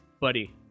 buddy